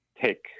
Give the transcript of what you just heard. take